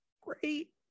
great